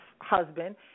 husband